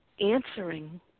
answering